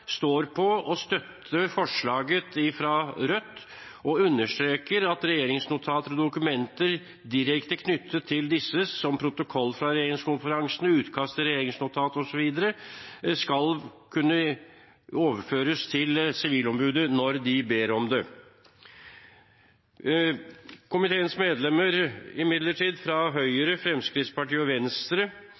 står på å støtte forslaget fra Rødt og understreker at regjeringsnotater og dokumenter direkte knyttet til disse, som protokoll fra regjeringskonferanser, utkast til regjeringsnotater osv., skal kunne overføres til Sivilombudet når de ber om det. Komiteens medlemmer fra Høyre, Fremskrittspartiet og Venstre